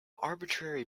arbitrary